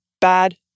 bad